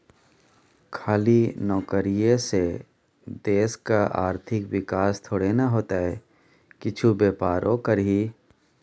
खाली नौकरीये से देशक आर्थिक विकास थोड़े न हेतै किछु बेपारो करही